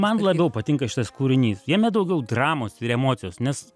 man labiau patinka šitas kūrinys jame daugiau dramos ir emocijos nes